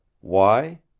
Why